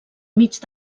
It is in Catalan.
mig